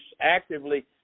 actively